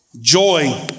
Joy